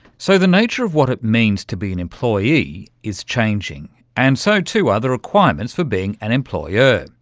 so the nature of what it means to be an employee is changing. and so too are the requirements for being an employer.